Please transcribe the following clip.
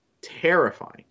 terrifying